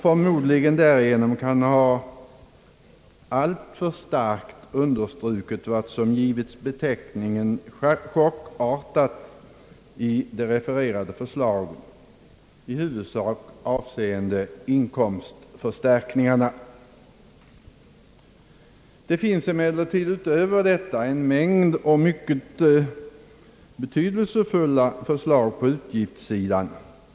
Förmodligen kan därigerom vad som givits benämningen »chockartat» i de refererade förslagen, i huvudsak avseende inkomstförstärkningarna, ha = alltför starkt understrukits. Men det finns utöver detta en mängd mycket betydelsefulla förslag på utgiftssidan.